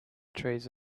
trees